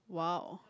!wow!